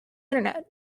internet